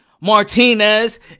Martinez